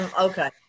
okay